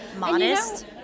modest